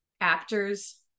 actors